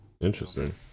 interesting